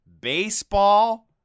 baseball